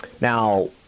Now